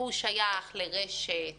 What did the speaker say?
הוא שייך לרשת